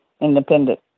independent